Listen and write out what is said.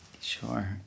Sure